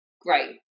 great